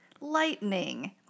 Lightning